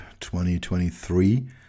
2023